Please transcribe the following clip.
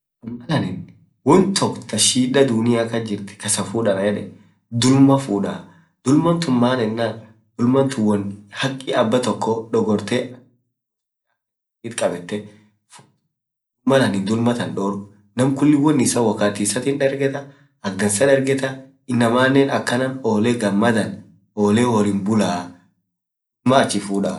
aninn woan took taa shida duniaa kasjirtii kasaa fuud anan yedeen. dulmaa fudaa dulmaan tuun maan enaan dulman tuun woan hakii abatoko dogortee, duub malanin dulmaa taan dorg naam wolbaa woan issa wakatii issatii dargetaa akdansaa dargetaa inamanen akanan akdansa gamadaan, olee bulaa.dulmaa achii fudaa.